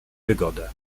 wygodę